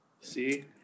see